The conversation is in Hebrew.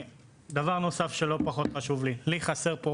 דבר נוסף שלא פחות חשוב חסרים לי פה